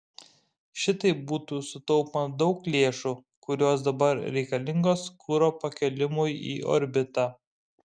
šitaip būtų sutaupoma daug lėšų kurios dabar reikalingos kuro pakėlimui į orbitą